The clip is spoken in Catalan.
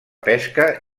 pesca